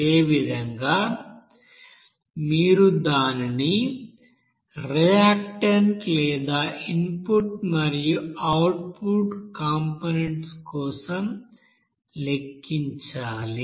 అదేవిధంగా మీరు దానిని రియాక్టెంట్ లేదా ఇన్పుట్ మరియు అవుట్పుట్ కంపోనెంట్స్ కోసం లెక్కించాలి